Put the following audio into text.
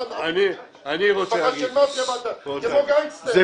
שבו התחילו בביצוע עבודות בנייה והוקם בו פיגום זקפים,